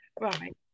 Right